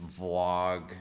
vlog